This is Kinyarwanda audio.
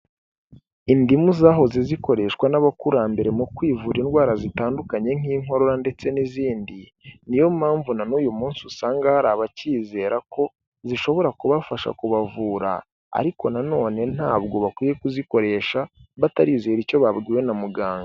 Indimu zahoze zikoreshwa n'abakurambere mu kwivura indwara zitandukanye nk'inkorora ndetse n'izindi, niyo mpamvu na n'uyu munsi usanga hari abacyizera ko zishobora kubafasha kubavura, ariko na none ntabwo bakwiye kuzikoresha batarizera icyo babwiwe na muganga.